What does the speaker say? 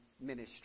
ministry